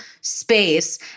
space